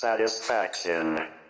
Satisfaction